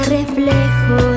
reflejo